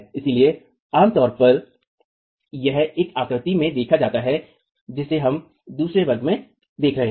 इसलिए आम तौर पर यह उस आकृति में देखा जाता है जिसे हम दूसरे वर्ग में देख रहे हैं